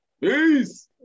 Peace